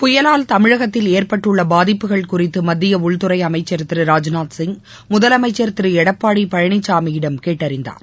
புயலால் தமிழகத்தில் ஏற்பட்டுள்ளபாதிப்புகள் குறித்துமத்தியஉள்துறைஅமைச்சர் திரு ராஜ்நாத்சிங் முதலமைச்சர் திருஎடப்பாடிபழனிசாமியிடம் கேட்டறிந்தார்